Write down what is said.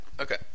Okay